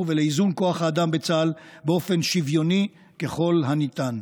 ולאיזון כוח האדם בצה"ל באופן שוויוני ככל הניתן.